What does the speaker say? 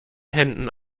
händen